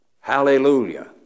Hallelujah